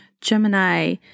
Gemini